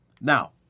Now